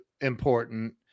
important